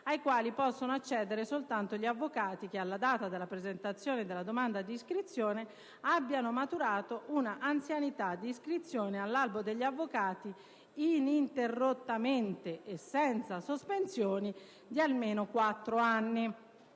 ai quali possono accedere soltanto gli avvocati che alla data della presentazione della domanda di iscrizione abbiano maturato un'anzianità di iscrizione all'albo degli avvocati, ininterrottamente e senza sospensioni, di almeno quattro anni».